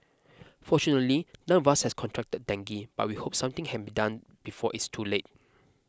fortunately none of us has contracted dengue but we hope something can be done before it's too late